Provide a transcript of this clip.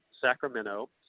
Sacramento